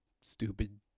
stupid